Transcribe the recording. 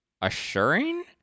assuring